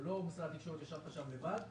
זה לא שמשרד התקשורת ישב לבד,